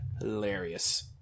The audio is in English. Hilarious